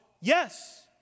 Yes